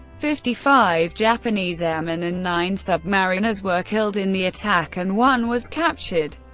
fifty-five japanese airmen and nine submariners were killed in the attack, and one was captured.